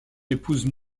épouse